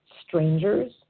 strangers